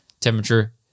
Temperature